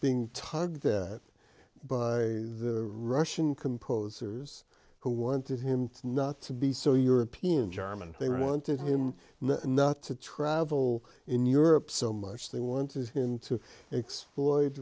being tugged that by the russian composers who wanted him not to be so europeans arman they wanted him not to travel in europe so much they wanted him to exploit